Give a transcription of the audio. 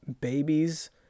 Babies